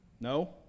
No